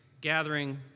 gathering